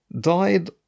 died